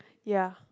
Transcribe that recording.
ya